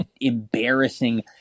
embarrassing